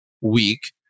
week